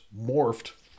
morphed